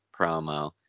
promo